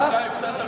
32 בעד, 15 נגד.